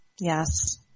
Yes